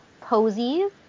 posies